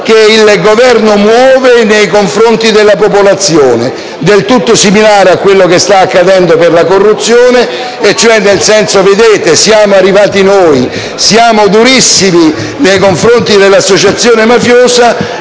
che il Governo muove nei confronti della popolazione, del tutto similare a quello che sta accadendo per la corruzione, cioè è come se volesse dire «Vedete? Siamo arrivati noi, siamo durissimi nei confronti della associazione mafiosa»,